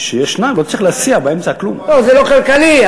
שיהיו שניים.